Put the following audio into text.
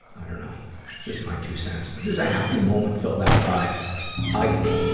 i dunno. just my two cents. this is a happy moment filled out by ike.